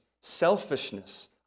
selfishness